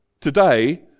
today